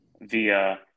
via